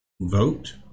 vote